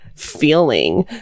feeling